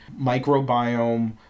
microbiome